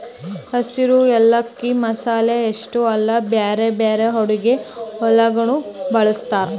ಹಸಿರು ಯಾಲಕ್ಕಿ ಮಸಾಲೆ ಅಷ್ಟೆ ಅಲ್ಲಾ ಬ್ಯಾರೆ ಬ್ಯಾರೆ ಅಡುಗಿ ಒಳಗನು ಬಳ್ಸತಾರ್